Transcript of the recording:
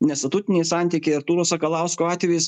nestatutiniai santykiai artūro sakalausko atvejis